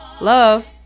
Love